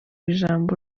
ijambo